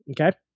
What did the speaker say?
Okay